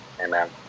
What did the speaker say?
Amen